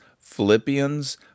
Philippians